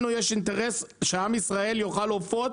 לנו יש אינטרס שעם ישראל יאכל עופות,